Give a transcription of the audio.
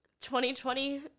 2020